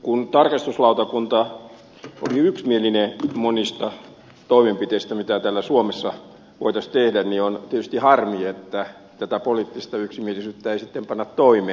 kun tarkastusvaliokunta oli yksimielinen monista toimenpiteistä mitä täällä suomessa voitaisiin tehdä niin on tietysti harmi että tätä poliittista yksimielisyyttä ei sitten panna toimeen